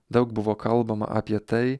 daug buvo kalbama apie tai